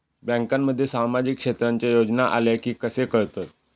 बँकांमध्ये सामाजिक क्षेत्रांच्या योजना आल्या की कसे कळतत?